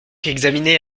examiné